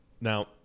now